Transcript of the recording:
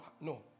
no